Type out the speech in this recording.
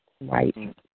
Right